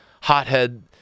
hothead